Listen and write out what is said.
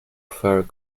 fare